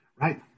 Right